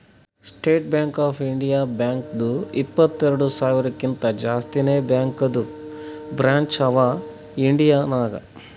state Bank of India ಬ್ಯಾಂಕ್ದು ಇಪ್ಪತ್ತೆರೆಡ್ ಸಾವಿರಕಿಂತಾ ಜಾಸ್ತಿನೇ ಬ್ಯಾಂಕದು ಬ್ರ್ಯಾಂಚ್ ಅವಾ ಇಂಡಿಯಾ ನಾಗ್